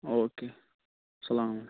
او کے السلامُ